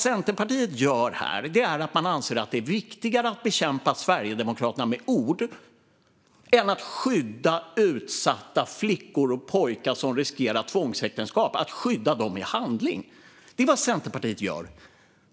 Centerpartiet anser alltså att det viktigare att bekämpa Sverigedemokraterna med ord än att i handling skydda utsatta flickor och pojkar som riskerar tvångsäktenskap. Det är vad Centerpartiet gör.